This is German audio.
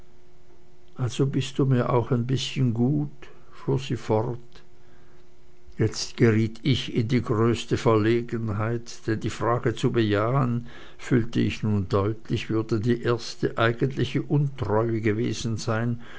also bist du mir auch ein bißchen gut fuhr sie fort jetzt geriet ich in die größte verlegenheit denn die frage zu bejahen fühlte ich nun deutlich würde die erste eigentliche untreue gewesen sein